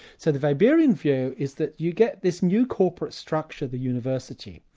so the weberian view is that you get this new corporate structure, the university,